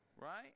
Right